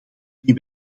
die